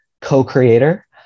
co-creator